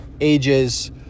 ages